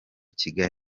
kigali